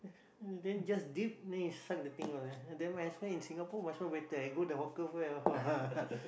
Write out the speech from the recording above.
then just dip then you suck the thing all then when I might as well in Singapore might as well better I go the hawker food there